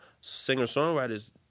singer-songwriters